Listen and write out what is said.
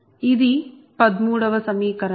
ఇది 13 వ సమీకరణం